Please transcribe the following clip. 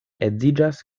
edziĝas